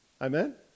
Amen